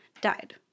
died